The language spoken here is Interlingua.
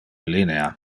linea